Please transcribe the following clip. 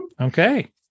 Okay